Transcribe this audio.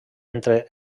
entre